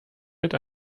mit